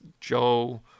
Joe